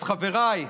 אז חבריי,